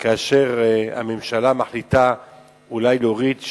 כאשר הממשלה מחליטה אולי להוריד,